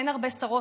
אין הרבה שרות,